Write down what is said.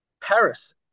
Paris